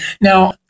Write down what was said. now